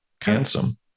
Handsome